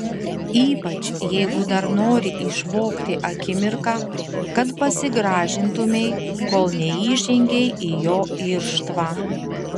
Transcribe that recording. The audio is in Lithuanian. ypač jeigu dar nori išvogti akimirką kad pasigražintumei kol neįžengei į jo irštvą